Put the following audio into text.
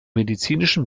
medizinischen